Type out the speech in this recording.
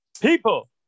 people